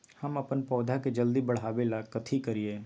हम अपन पौधा के जल्दी बाढ़आवेला कथि करिए?